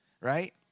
right